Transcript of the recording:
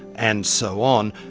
and so on.